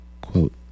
Quote